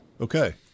Okay